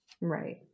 Right